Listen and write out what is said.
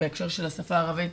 של השפה הערבית,